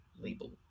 label